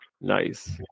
Nice